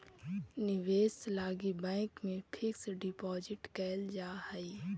निवेश लगी बैंक में फिक्स डिपाजिट कैल जा हई